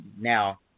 Now